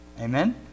Amen